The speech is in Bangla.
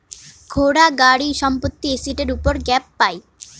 ঘোড়া, গাড়ি, সম্পত্তি এসেটের উপর গ্যাপ পাই